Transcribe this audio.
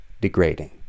degrading